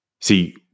See